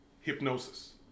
hypnosis